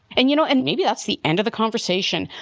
and, you know, and maybe that's the end of the conversation.